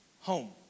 home